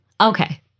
okay